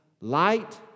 Light